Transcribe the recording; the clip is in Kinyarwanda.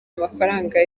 amafaranga